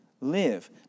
live